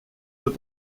deux